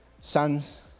Sons